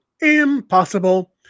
impossible